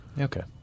Okay